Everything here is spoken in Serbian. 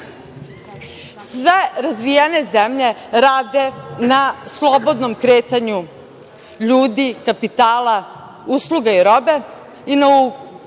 razvijene zemlje rade na slobodnom kretanju ljudi, kapitala, usluga i robe i na